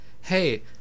hey